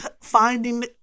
finding